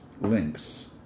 links